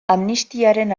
amnistiaren